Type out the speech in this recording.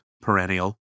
perennial